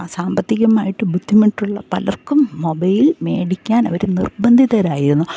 സാമ്പത്തികമായിട്ട് ബുദ്ധിമുട്ടുള്ള പലർക്കും മൊബൈൽ മേടിക്കാൻ അവർ നിർബന്ധിതരായിരുന്നു